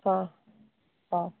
ହଁ ହଁ